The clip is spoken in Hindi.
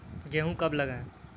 गेहूँ कब लगाएँ?